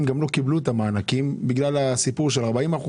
גם לא קיבלו את המענקים בגלל הסיפור של 40%,